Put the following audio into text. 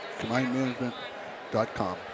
CombinedManagement.com